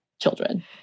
children